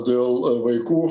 dėl vaikų